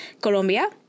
Colombia